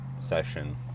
session